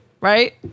right